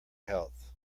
health